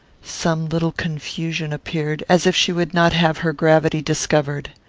some little confusion appeared, as if she would not have her gravity discovered.